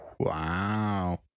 Wow